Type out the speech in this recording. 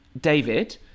David